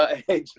ah hey,